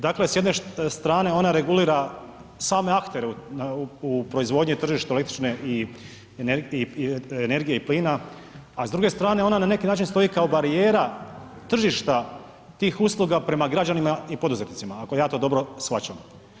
Dakle, s jedne strane ona regulira same aktere u proizvodnji, tržištu električne energije i plina, a s druge strane, ona na neki način stoji kao barijera tržišta tih usluga prema građanima i poduzetnicima, ako ja to dobro shvaćam.